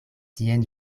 tien